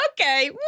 Okay